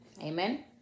amen